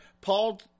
Paul